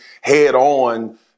head-on